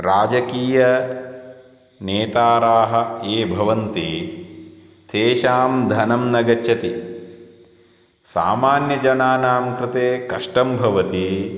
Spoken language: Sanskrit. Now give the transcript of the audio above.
राजकीयनेताराः ये भवन्ति तेषां धनं न गच्छति सामान्यजनानां कृते कष्टं भवति